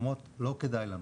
אומרות לא כדאי לנו,